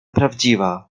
prawdziwa